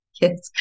Yes